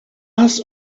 áthas